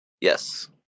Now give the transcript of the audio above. Yes